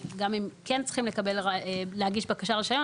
גם אם כן צריכים להגיש בקשה לרישיון,